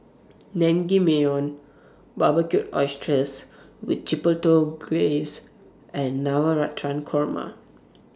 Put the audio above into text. Naengmyeon Barbecued Oysters with Chipotle Glaze and Navratan Korma